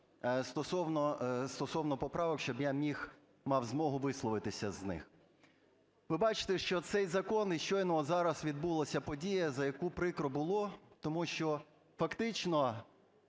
стосовно поправок, щоб я мав змогу висловитися з них. Ви бачите, що цей закон, щойно зараз відбулася подія, за яку прикро було, тому що фактично,